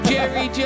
Jerry